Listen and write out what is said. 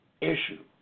issue